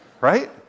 Right